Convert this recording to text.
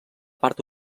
part